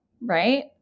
right